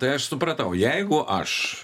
tai aš supratau jeigu aš